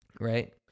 right